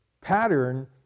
pattern